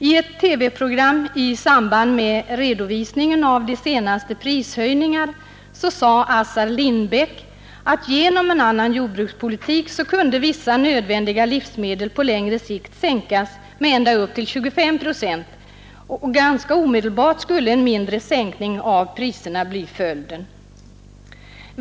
I ett TV-program i samband med redovisningen av de senaste prishöjningarna sade Assar Lindbeck, att genom en annan jordbrukspolitik kunde priserna på vissa nödvändiga livsmedel på längre sikt sänkas med ända upp till 25 procent, och ganska omedelbart skulle en mindre sänkning av priserna bli följden.